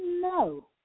No